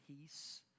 peace